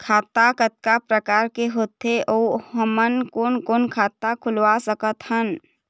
खाता कतका प्रकार के होथे अऊ हमन कोन कोन खाता खुलवा सकत हन?